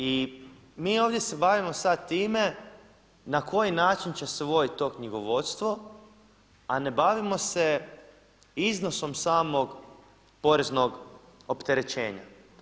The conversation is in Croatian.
I mi ovdje se bavimo sad time na koji način će svoje to knjigovodstvo, a ne bavimo se iznosom samog poreznog opterećenja.